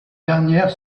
dernière